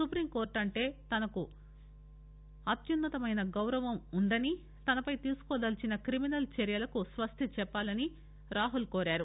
supreme court అంటే తనకు అత్యున్నతమైన గౌరవం ఉన్నదని తనపై తీసుకోదల్చిన క్రిమినల్ చర్యలకు స్వస్తి చెప్పాలని రాహుల్ కోరారు